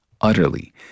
utterly